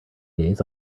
days